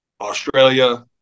Australia